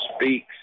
speaks